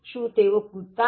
શું તેઓ કૂદતા નથી